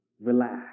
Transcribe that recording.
Relax